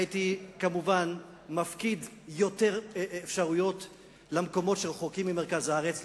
הייתי כמובן מפקיד יותר אפשרויות למקומות שרחוקים ממרכז הארץ,